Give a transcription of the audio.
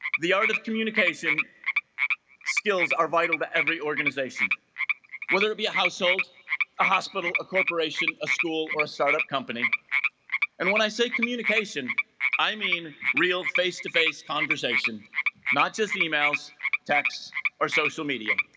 the art of communication skills are vital to every organization whether it be a household a hospital a corporation a school or a startup company and when i say communication i mean real face-to-face conversation not just the emails texts or social media